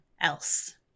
else